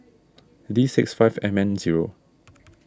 D six five M N zero